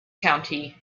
county